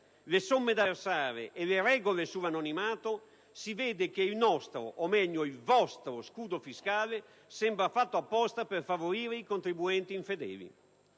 le somme da versare e le regole sull'anonimato, si vede che il nostro, o meglio il vostro scudo fiscale sembra fatto apposta per favorire i contribuenti infedeli;